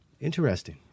Interesting